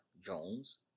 Jones